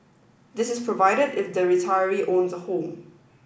this is provided if the retiree owns a home